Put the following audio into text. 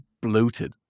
bloated